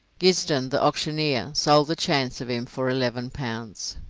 guisden, the auctioneer, sold the chance of him for eleven pounds.